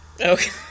Okay